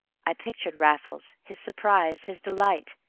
i pictured raffles, his surprise, his delight.